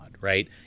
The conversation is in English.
right